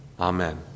Amen